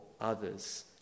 others